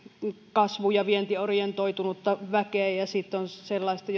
kasvu ja vientiorientoitunutta väkeä ja sitten on sellaista